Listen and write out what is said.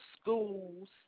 schools